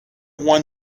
one